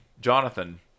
Jonathan